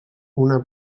una